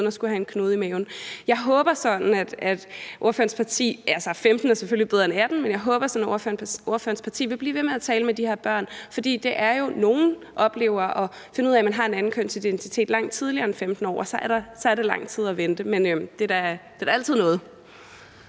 uden at skulle have en knude i maven. Jeg håber sådan, at ordførerens parti – altså, 15 år er selvfølgelig bedre end 18 år – vil blive ved med at tale med de her børn, for nogle oplever jo at finde ud af, at man har en anden kønsidentitet, langt tidligere end de 15 år, og så er det lang tid at vente. Men det er da altid noget.